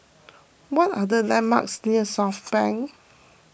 what are the landmarks near Southbank